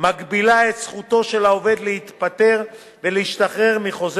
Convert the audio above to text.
מגבילה את זכותו של העובד להתפטר ולהשתחרר מחוזה